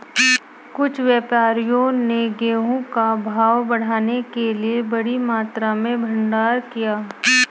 कुछ व्यापारियों ने गेहूं का भाव बढ़ाने के लिए बड़ी मात्रा में भंडारण किया